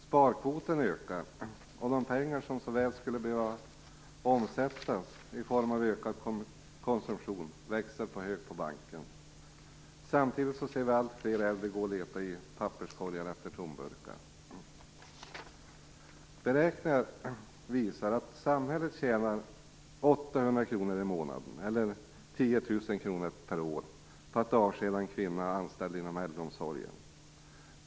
Sparkvoten ökar, och de pengar som så väl skulle behöva omsättas genom ökad konsumtion växer på hög på banken. Samtidigt ser vi alltfler äldre gå och leta i papperskorgar efter tomburkar. Beräkningar visar att samhället tjänar 800 kr i månaden eller 10 000 kr per år på att avskeda en kvinna anställd inom äldreomsorgen.